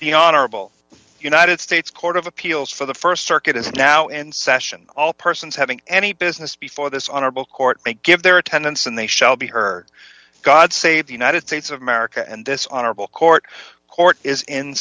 the honorable united states court of appeals for the st circuit is now in session all persons having any business before this honorable court to give their attendance and they shall be heard god say the united states of america and this honorable court court is in